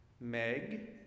Meg